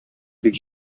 бик